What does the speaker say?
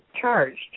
charged